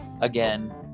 again